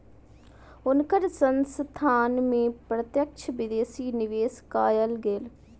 हुनकर संस्थान में प्रत्यक्ष विदेशी निवेश कएल गेल